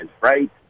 right